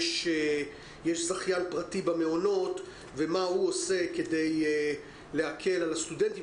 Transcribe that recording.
יש זכיין פרטי במעונות ומה הוא עושה כדי להקל על הסטודנטים